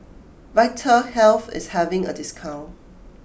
Vitahealth is having a discount